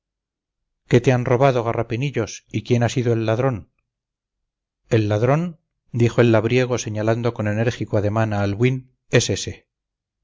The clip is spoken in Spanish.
qué te han robado garrapinillos y quién ha sido el ladrón el ladrón dijo el labriego señalando con enérgico ademán a albuín es